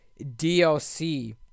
DLC